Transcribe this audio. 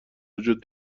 وجود